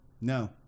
No